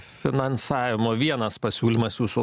finansavimo vienas pasiūlymas jūsų